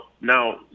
now